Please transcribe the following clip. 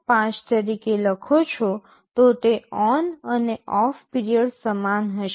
5 તરીકે લખો છો તો તે ઓન્ અને ઓફ પીરિયડ સમાન હશે